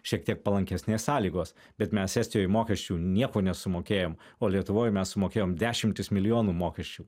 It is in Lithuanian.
šiek tiek palankesnės sąlygos bet mes estijoj mokesčių nieko nesumokėjom o lietuvoj mes sumokėjom dešimtis milijonų mokesčių